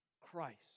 Christ